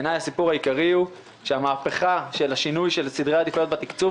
בעיניי הסיפור העיקרי הוא המהפכה של שינוי סדרי העדיפויות בתקצוב,